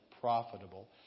profitable